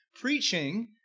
Preaching